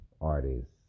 artists